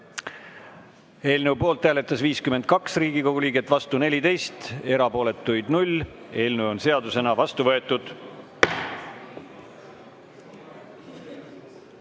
Eelnõu poolt hääletas 52 Riigikogu liiget, vastu 14, erapooletuid 0. Eelnõu on seadusena vastu võetud.